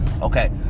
Okay